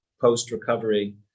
post-recovery